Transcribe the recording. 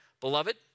Beloved